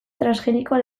transgenikoa